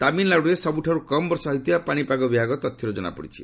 ତାମିଲ୍ନାଡୁରେ ସବୁଠାରୁ କମ୍ ବର୍ଷା ହୋଇଥିବା ପାଶିପାଗ ବିଭାଗ ତଥ୍ୟରୁ ଜଣାପଡ଼ିଛି